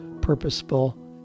purposeful